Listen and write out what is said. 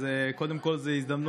אז קודם כול זאת הזדמנות,